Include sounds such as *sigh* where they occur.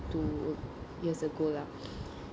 two years ago lah *breath*